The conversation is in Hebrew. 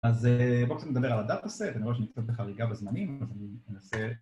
אז בואו קצת נדבר על ה-dataset, אני רואה שנמצאת בחריגה בזמנים אז אני אנסה...